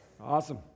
Awesome